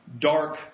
Dark